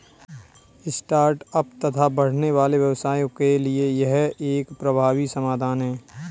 start ups तथा बढ़ने वाले व्यवसायों के लिए यह एक प्रभावी समाधान है